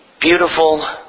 beautiful